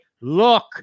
look